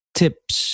tips